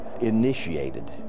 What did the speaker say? initiated